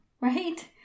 right